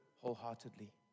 wholeheartedly